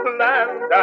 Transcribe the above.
land